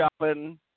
shopping